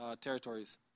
territories